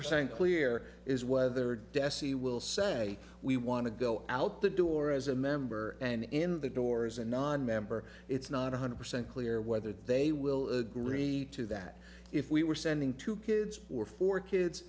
percent clear is whether dessie will say we want to go out the door as a member and in the door as a nonmember it's not one hundred percent clear whether they will agree to that if we were sending two kids or four kids